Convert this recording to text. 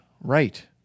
Right